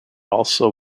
also